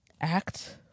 act